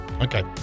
Okay